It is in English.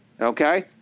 okay